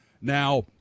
Now